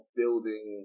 building